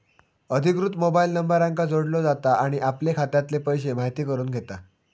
अधिकृत मोबाईल नंबराक जोडलो जाता आणि आपले खात्यातले पैशे म्हायती करून घेता